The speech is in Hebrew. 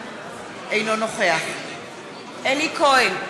אינו נוכח אלי כהן,